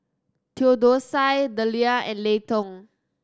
Theodosia Deliah and Layton